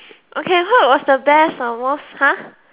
okay what was the best or most !huh!